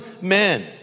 men